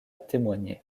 témoigner